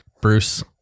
Bruce